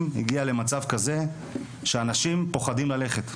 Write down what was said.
הגיע למצב כזה שאנשים פוחדים ללכת.